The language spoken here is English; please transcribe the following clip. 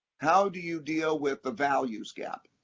how do you deal with the values gap?